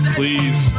please